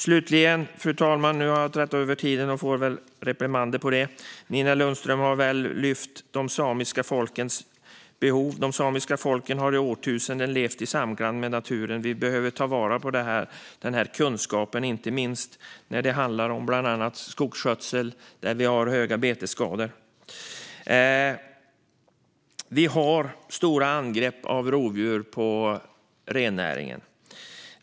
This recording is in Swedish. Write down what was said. Fru talman! Jag har överskridit min talartid och får nog en reprimand för det. Nina Lundström har lyft fram de samiska folkens behov. De samiska folken har i årtusenden levt i samklang med naturen. Vi behöver ta vara på denna kunskap, inte minst när det handlar om skogsskötsel där vi har stora betesskador. Vi har stora angrepp från rovdjur på rennäringen.